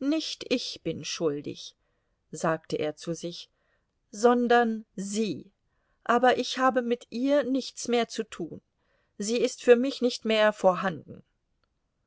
nicht ich bin schuldig sagte er zu sich sondern sie aber ich habe mit ihr nichts mehr zu tun sie ist für mich nicht mehr vorhanden